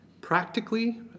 practically